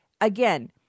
again